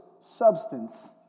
substance